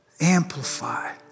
amplify